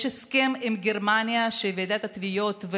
יש הסכם עם גרמניה שוועידת התביעות,